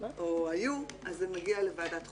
או היו אז זה מגיע לוועדת חוקה,